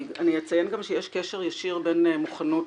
אני אציין גם שיש קשר ישיר בין מוכנות